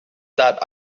that